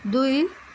दुई